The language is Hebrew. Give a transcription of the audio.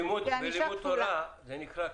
בלימוד תורה זה נקרא: